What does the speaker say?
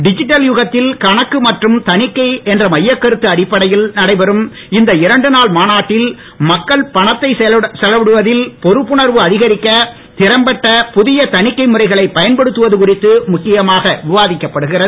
டிதிட்டல் விபத்தில் கணக்கு மற்றும் தனிக்கை என்ற மையக்கருத்து அடிப்படையில் நடைபெறும் இந்த இரண்டு நாள் மாநாட்டில் மக்கள் பணத்தை செலவிடுவதில் பொறுப்புணர்வை அதிகரிக்க திறம்பட்ட புதிய தனிக்கை முறைகளை பயன்படுத்துவது குறித்து முக்கியமாக விவாதிக்கப்படுகிறது